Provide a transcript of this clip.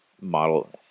model